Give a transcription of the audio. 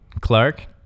clark